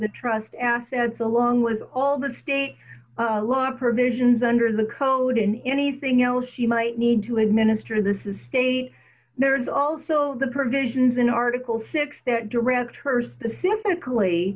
the trust assets along with all the state law provisions under the code in anything else you might need to administer this estate there is also the provisions in article six that directs her specifically